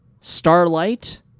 Starlight